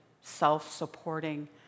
self-supporting